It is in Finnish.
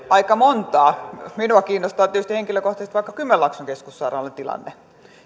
aika monta minua kiinnostaa tietysti henkilökohtaisesti vaikka kymenlaakson keskussairaalan tilanne